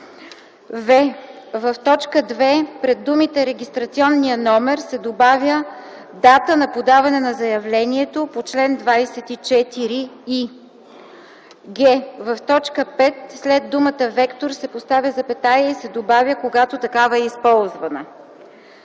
в) в т. 2 пред думите „регистрационния номер” се добавя „дата на подаване на заявлението по чл. 24и”; г) в т. 5 след думата „вектор” се поставя запетая и се добавя „когато такава е използвана”;